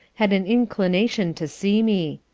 had an inclination to see me.